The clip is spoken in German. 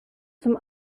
zum